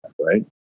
right